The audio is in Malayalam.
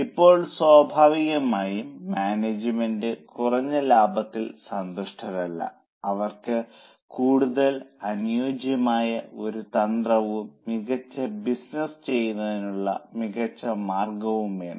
ഇപ്പോൾ സ്വാഭാവികമായും മാനേജ്മെന്റ് കുറഞ്ഞ ലാഭത്തിൽ സന്തുഷ്ടരല്ല അവർക്ക് കൂടുതൽ അനുയോജ്യമായ ഒരു തന്ത്രവും മികച്ച ബിസിനസ്സ് ചെയ്യുന്നതിനുള്ള മികച്ച മാർഗവും വേണം